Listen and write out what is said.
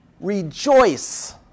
rejoice